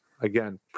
again